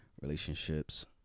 relationships